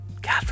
God